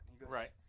Right